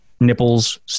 nipples